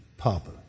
Papa